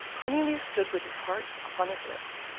cornelius stood with his heart upon his lips,